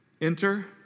Enter